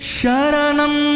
Sharanam